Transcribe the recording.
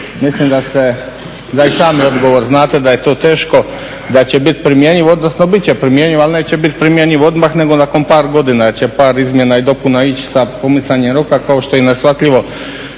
Mislim da i sami odgovor znate da je to teško da će bit primjenjiv, odnosno bit će primjenjiv ali neće bit primjenjiv odmah nego nakon par godina jer će par izmjena i dopuna ići sa pomicanjem roka. Kao što je i neshvatljivo